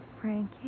Frankie